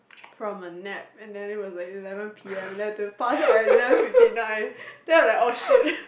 from a nap and then it was like eleven P_M and I pass out at eleven fifty nine then I was like oh shit